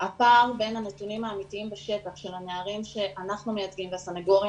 הפער בין הנתונים האמיתיים בשטח של הנערים שאנחנו מייצגים והסנגוריה